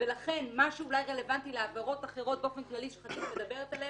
ולכן מה שאולי רלוונטי לעבירות אחרות באופן כללי שחגית מדברת עליהן,